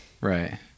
Right